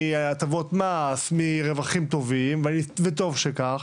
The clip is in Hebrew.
מהטבות מס ומרווחים טובים וטוב שכך,